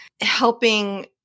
helping